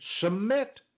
Submit